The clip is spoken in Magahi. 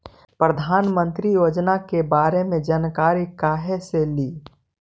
प्रधानमंत्री योजना के बारे मे जानकारी काहे से ली?